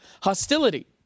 hostility